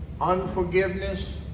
unforgiveness